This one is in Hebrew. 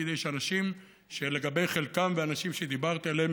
כדי שהאנשים שלגבי חלקם והאנשים שדיברתי עליהם,